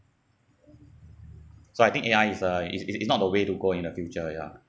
so I think A_I is a it's it's not the way to go in the future ya